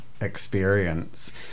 experience